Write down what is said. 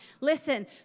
Listen